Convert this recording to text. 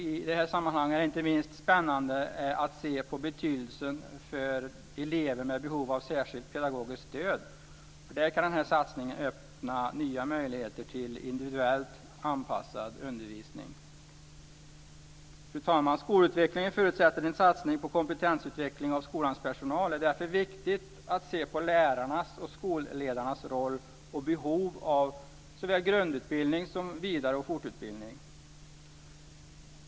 I det här sammanhanget är det inte minst spännande att se på betydelsen för elever med behov av särskilt pedagogiskt stöd. Där kan denna satsning öppna nya möjligheter till individuellt anpassad undervisning. Fru talman! Skolutveckling förutsätter en satsning på kompetensutveckling av skolans personal. Det är därför viktigt att se på lärarnas och skolledarnas roll och behov av såväl grundutbildning som vidareutbildning och fortbildning.